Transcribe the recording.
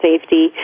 safety